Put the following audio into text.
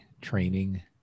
training